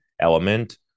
element